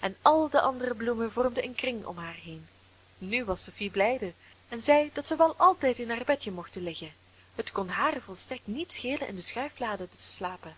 en al de andere bloemen vormden een kring om haar heen nu was sophie blijde en zei dat zij wel altijd in haar bedje mochten liggen het kon haar volstrekt niet schelen in de schuiflade te slapen